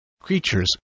Creatures